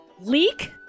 Leak